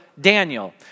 Daniel